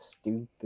stupid